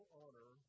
honor